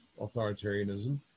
authoritarianism